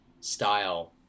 style